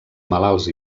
malalts